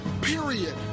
period